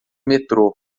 metrô